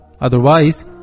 Otherwise